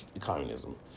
communism